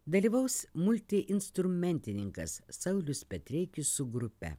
dalyvaus multiinstrumentininkas saulius petreikis su grupe